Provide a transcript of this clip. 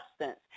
substance